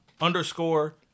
underscore